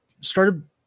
started